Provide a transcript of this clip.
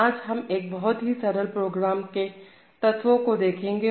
आज हम एक बहुत ही सरल प्रोग्राम के तत्व को देखेंगे